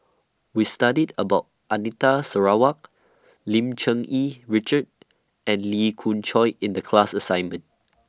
We studied about Anita Sarawak Lim Cherng Yih Richard and Lee Khoon Choy in The class assignment